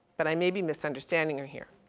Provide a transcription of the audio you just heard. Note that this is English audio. but i may be misunderstanding her here.